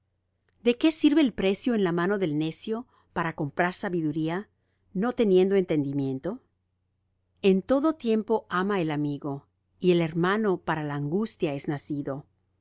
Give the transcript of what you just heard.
de qué sirve el precio en la mano del necio para comprar sabiduría no teniendo entendimiento en todo tiempo ama el amigo y el hermano para la angustia es nacido